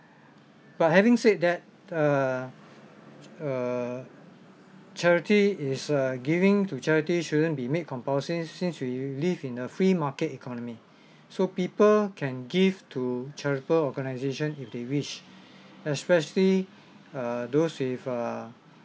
but having said that uh uh charity is uh giving to charity shouldn't be made compulsory since we live in a free market economy so people can give to charitable organisation if they wish especially err those with err